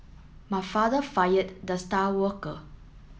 my father fired the star worker